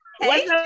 Hey